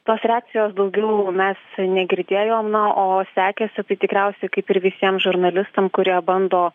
tos reakcijos daugiau mes negirdėjom na o sekėsi tai tikriausiai kaip ir visiem žurnalistam kurie bando